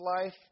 life